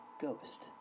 ghost